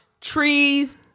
trees